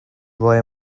rwy